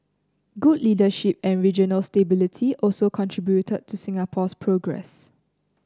good leadership and regional stability also contributed to Singapore's progress